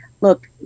look